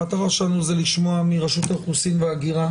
המטרה שלנו היא לשמוע מרשות האוכלוסין וההגירה